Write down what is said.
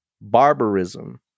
barbarism